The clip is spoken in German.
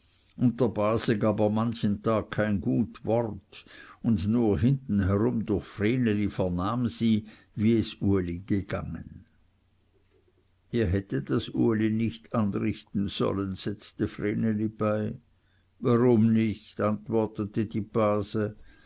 base gab er manchen tag kein gut wort und nur hintenum durch vreneli vernahm sie wie es uli ergingen ihr hättet das uli nicht anrichten sollen setzte vreneli bei warum nicht antwortete die base